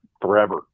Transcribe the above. forever